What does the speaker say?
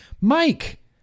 Mike